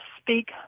speak